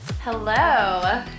hello